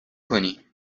کنی